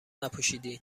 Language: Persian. نپوشیدین